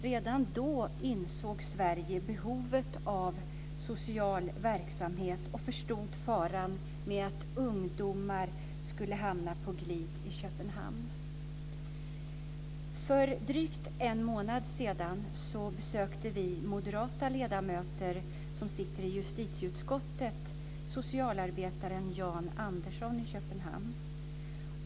Redan då insåg Sverige behovet av social verksamhet och förstod faran med att ungdomar skulle hamna på glid i För drygt en månad sedan besökte vi moderata ledamöter som sitter i justitieutskottet socialarbetaren Jan Andersson i Köpenhamn.